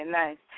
nice